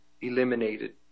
eliminated